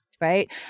Right